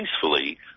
peacefully